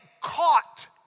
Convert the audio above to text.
caught